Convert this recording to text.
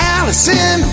Allison